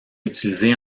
utilisé